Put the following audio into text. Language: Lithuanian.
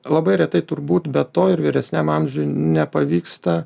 labai retai turbūt be to ir vyresniam amžiui nepavyksta